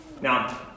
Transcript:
Now